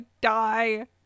die